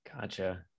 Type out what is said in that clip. Gotcha